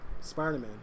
Spider-Man